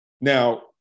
Now